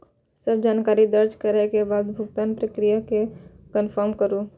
सब जानकारी दर्ज करै के बाद भुगतानक प्रक्रिया कें कंफर्म करू